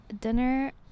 dinner